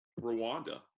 Rwanda